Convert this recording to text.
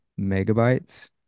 megabytes